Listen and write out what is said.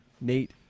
Nate